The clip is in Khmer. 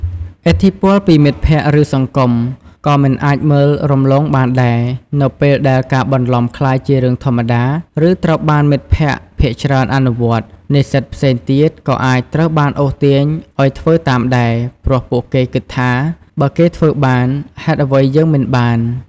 ឥទ្ធិពលពីមិត្តភក្តិ ឬសង្គម ក៏មិនអាចមើលរំលងបានដែរ នៅពេលដែលការបន្លំក្លាយជារឿងធម្មតា ឬត្រូវបានមិត្តភក្តិភាគច្រើនអនុវត្ត និស្សិតផ្សេងទៀតក៏អាចត្រូវបានអូសទាញឱ្យធ្វើតាមដែរ ព្រោះពួកគេគិតថា "បើគេធ្វើបាន ហេតុអ្វីយើងមិនបាន?"។